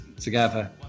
together